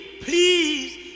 please